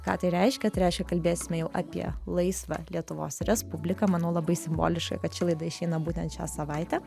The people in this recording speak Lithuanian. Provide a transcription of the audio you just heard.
ką tai reiškia tai reiškia kalbėsime jau apie laisvą lietuvos respubliką manau labai simboliška kad ši laida išeina būtent šią savaitę